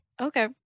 okay